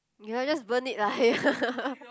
you know just burnt it lah